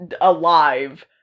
alive